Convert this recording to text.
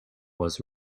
was